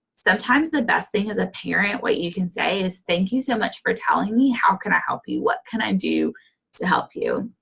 sometimes the best thing as a parent, what you can say is, thank you so much for telling me. how can i help you, what can i do to help you?